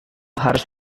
harus